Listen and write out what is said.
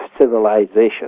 civilization